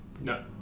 No